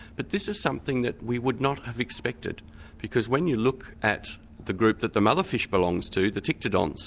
but this is something that we would not have expected because when you look at the group that the mother fish belongs to, the ptyctodons,